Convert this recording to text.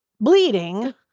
Bleeding